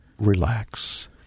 relax